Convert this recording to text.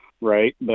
right